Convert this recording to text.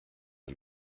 der